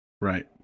Right